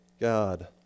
God